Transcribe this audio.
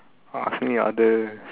ask me other